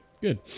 good